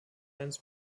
eines